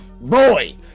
boy